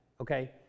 Okay